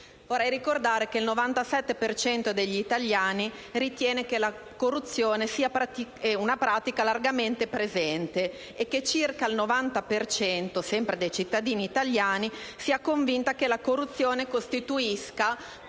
Vorrei ricordare che il 97 per cento degli italiani ritiene che la corruzione sia una pratica largamente presente, e che circa il 90 per cento, sempre dei cittadini italiani, sia convinto che la corruzione costituisca,